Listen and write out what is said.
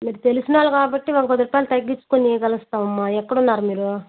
మీరు తెలిసినవాళ్ళు కాబట్టి ఒక పది రూపాయలు తగ్గించుకొని ఇవ్వగలుగుతానమ్మ ఎక్కడ ఉన్నారు మీరు